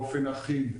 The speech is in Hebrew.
באופן אחיד.